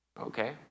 Okay